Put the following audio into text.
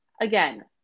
again